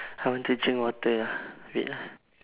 I want to drink water ya wait lah